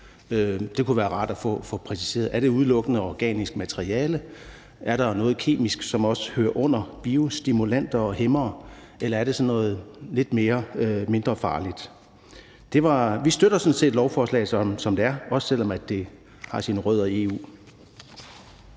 Det kunne være rart at få præciseret, om det udelukkende er organisk materiale, om der er noget kemisk, som også hører under biostimulanter og hæmmere, eller om det er noget lidt mindre farligt. Vi støtter sådan set lovforslaget, som det er, også selv om det har sine rødder i EU.